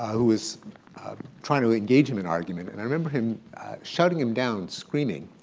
who was trying to engage him in argument, and i remember him shouting him down, screaming,